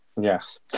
Yes